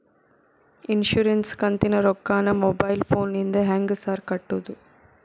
Insurance ಕಂತಿನ ರೊಕ್ಕನಾ mobile ಫೋನಿಂದ ಹೆಂಗ್ ಸಾರ್ ಕಟ್ಟದು?